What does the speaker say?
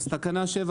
תקנה 7,